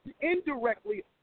indirectly